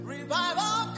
Revival